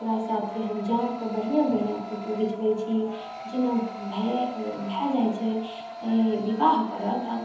ओकरा साथे हम जा कऽ बढ़िआँ बढ़िआँ फोटो घीचबै छी जेना भए भए जाइ छै बिबाह करऽ तऽ